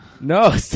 No